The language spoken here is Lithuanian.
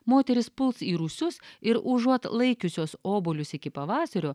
moterys puls į rūsius ir užuot laikiusios obuolius iki pavasario